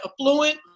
affluent